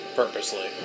purposely